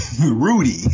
Rudy